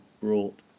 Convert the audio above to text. brought